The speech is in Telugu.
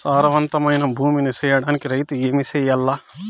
సారవంతమైన భూమి నీ సేయడానికి రైతుగా ఏమి చెయల్ల?